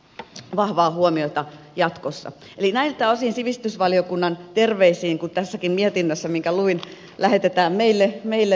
sitten sivistysvaliokunnan terveisiin näiltä osin kuin mitä tässäkin mietinnössä minkä luin lähetetään meille